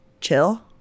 chill